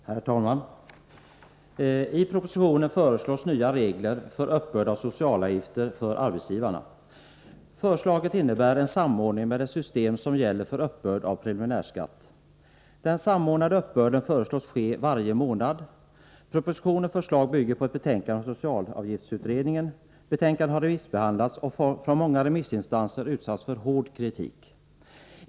Herr talman! I proposition 1983/84:167 föreslås nya regler för uppbörd av socialavgifter från arbetsgivarna. Förslaget innebär en samordning med det system som gäller för uppbörd av preliminärskatt. Den samordnade uppbörden föreslås ske varje månad. Propositionens förslag bygger på ett betänkande från socialavgiftsutredningen. Betänkandet har remissbehandlats och från många remissinstanser utsatts för hård kritik.